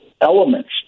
elements